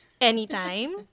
anytime